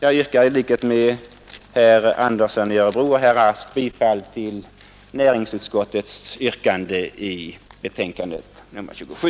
Jag yrkar i likhet med herr Andersson i Örebro och herr Rask bifall till näringsutskottets hemställan i betänkandet nr 27.